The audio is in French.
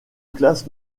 classe